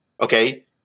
okay